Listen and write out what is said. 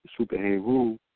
Superhero